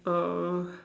uh